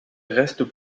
restent